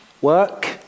work